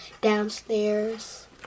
downstairs